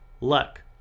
luck